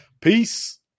Peace